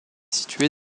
située